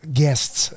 guests